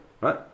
right